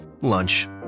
Lunch